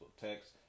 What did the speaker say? text